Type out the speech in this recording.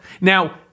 Now